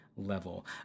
level